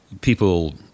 people